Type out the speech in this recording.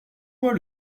moi